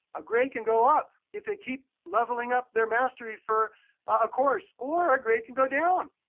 a grade can go up if they keep leveling up their mastery for a course. or a grade can go down